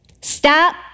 Stop